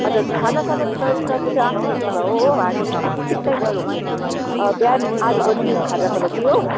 हजुर खाना साना त तपाईँको आफ्नै जिम्मा हो हो हामीले ठिक ठिक टाइममा रोक्नेछु बिहान आठ बजी खाजाको लागि हो